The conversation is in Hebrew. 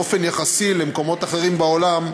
באופן יחסי למקומות אחרים בעולם,